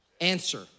Answer